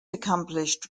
accomplished